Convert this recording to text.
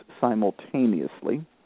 simultaneously